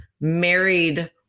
married